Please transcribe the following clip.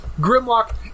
Grimlock